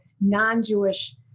non-Jewish